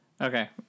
Okay